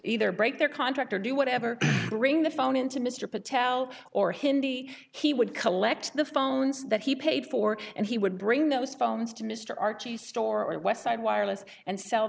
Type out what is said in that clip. either break their contract or do whatever bring the phone in to mr patel or hindi he would collect the phones that he paid for and he would bring those phones to mr archie store westside wireless and sell